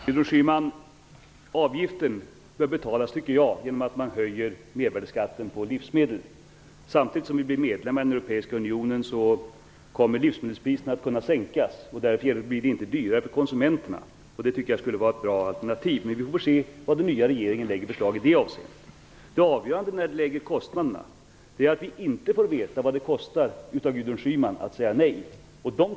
Herr talman! Avgiften bör, tycker jag, betalas genom att man höjer mervärdesskatten på livsmedel. Samtidigt som vi bli medlemmar i den europeiska unionen kommer livsmedelspriserna att kunna sänkas. Därför blir det inte dyrare för konsumenterna. Det tycker jag skulle vara ett bra alternativ, men vi får se vad den nya regeringen lägger fram för förslag i det avseendet. Det avgörande när det gäller kostnaderna är att vi av Gudrun Schyman inte får veta vad det kostar att säga nej.